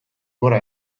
gora